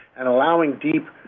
and allowing deep,